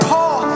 Paul